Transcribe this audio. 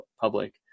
public